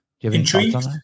intrigued